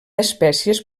espècies